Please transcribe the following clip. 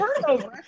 turnover